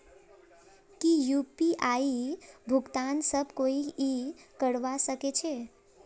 की यु.पी.आई भुगतान सब कोई ई करवा सकछै?